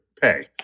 pay